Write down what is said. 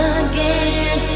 again